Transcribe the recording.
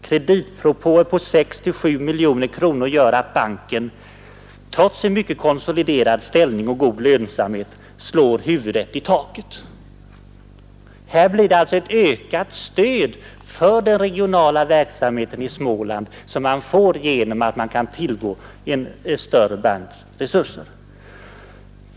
Kreditpropåer på 6—7 milj.kr. gör att banken — trots en mycket konsoliderad ställning och god lönsamhet — slår huvudet i taket.” Här blir det alltså ett ökat stöd för den regionala verksamheten i Småland som man får genom att man har tillgång till en större banks resurser.